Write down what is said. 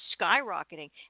skyrocketing